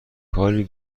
کاری